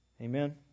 Amen